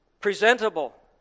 presentable